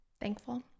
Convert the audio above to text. thankful